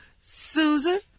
Susan